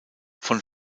von